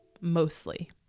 mostly